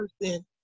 person